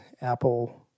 Apple